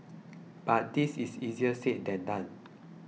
but that is easier said than done